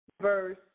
verse